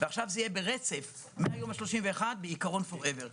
עכשיו זה יהיה ברצף מהיום ה-31 בעיקרון forever.